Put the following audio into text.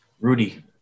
Rudy